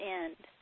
end